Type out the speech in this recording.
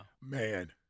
Man